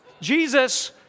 Jesus